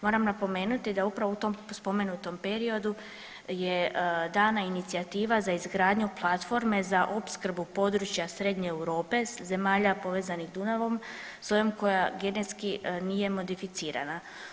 Moram napomenuti da upravo u tom spomenutom periodu je dana inicijativa za izgradnju platforme za opskrbu područja srednje Europe, zemalja povezanih Dunavom sojom koja genetski nije modificirana.